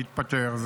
להתפטר.